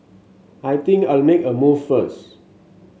I think I'll make a move first